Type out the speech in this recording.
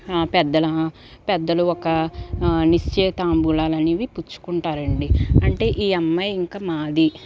పెద్దల పెద్దలు ఒక నిశ్చయ తాంబూలాలనేవి పుచ్చుకుంటారండి అంటే ఈ అమ్మాయి ఇంక మాది